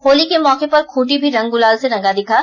होली के मौके पर खूंटी भी रंग गुलाल से रंगा दिखा